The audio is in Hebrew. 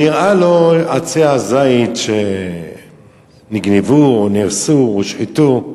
והראה לו את עצי הזית שנגנבו או נהרסו, הושחתו.